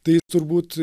tai turbūt